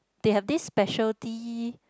they have this specialty